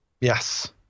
Yes